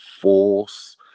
force